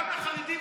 גם לחרדים מותר,